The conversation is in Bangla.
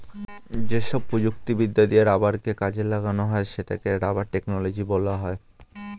যেসব প্রযুক্তিবিদ্যা দিয়ে রাবারকে কাজে লাগানো হয় সেটাকে রাবার টেকনোলজি বলা হয়